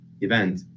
event